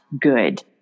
good